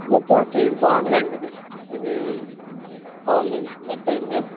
okay okay ఇది బాగుందిలేండి ఇది ఇది బాగుంది ఇది సెట్ అయింది